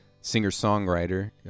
singer-songwriter